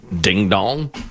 ding-dong